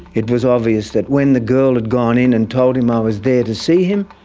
it was obvious that when the girl had gone in and told him i was there to see him,